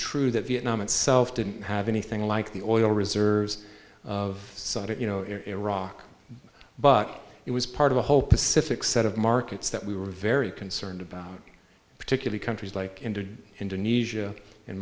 true that vietnam itself didn't have anything like the oil reserves of sudden you know iraq but it was part of a whole pacific set of markets that we were very concerned about particularly countries like indonesia